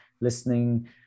listening